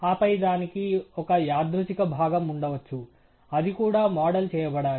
ఆపై దానికి ఒక యాదృచ్ఛిక భాగం ఉండవచ్చు అది కూడా మోడల్ చేయబడాలి